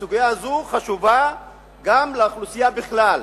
הסוגיה הזאת חשובה גם לאוכלוסייה בכלל.